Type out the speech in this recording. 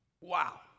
Wow